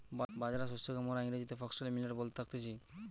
বাজরা শস্যকে মোরা ইংরেজিতে ফক্সটেল মিলেট বলে থাকতেছি